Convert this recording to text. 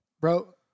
bro